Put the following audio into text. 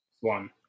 one